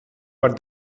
but